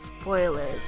spoilers